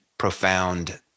profound